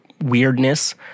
weirdness